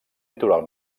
litoral